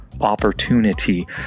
opportunity